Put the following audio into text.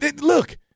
look